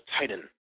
titan